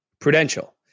Prudential